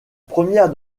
première